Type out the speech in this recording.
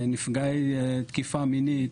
נפגעי תקיפה מינית,